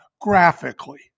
graphically